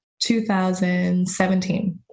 2017